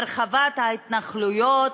הרחבת ההתנחלויות,